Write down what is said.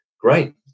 great